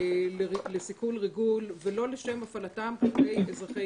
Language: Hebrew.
לסיכול ריגול ולא לשם הפעלתם כלפי אזרחי